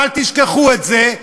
ואל תשכחו את זה.